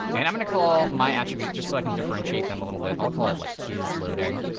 and i'm going to call my attribute just so i can differentiate them a little bit, i'll call it like is loading.